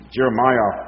Jeremiah